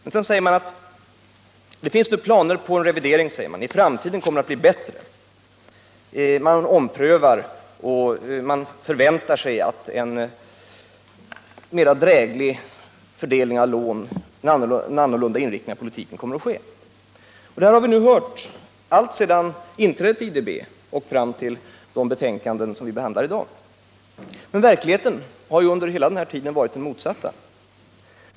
Men så säger man också att det finns planer på en revidering och att det i framtiden kommer att bli bättre. Man omprövar alltså sitt ställningstagande och förväntar sig en drägligare fördelning av lånen och en annan inriktning av politiken. Detta har vi nu hört alltsedan inträdet i IDB och fram till de betänkanden som vi behandlar i dag, men verkligheten har under hela denna tid varit den motsatta.